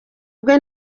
bwe